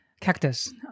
cactus